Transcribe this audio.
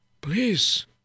Please